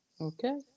Okay